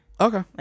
Okay